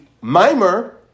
mimer